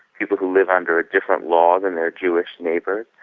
people who live under a different law than their jewish neighbours.